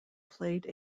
played